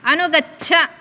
अनुगच्छ